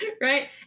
Right